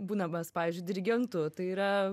būdamas pavyzdžiui dirigentu tai yra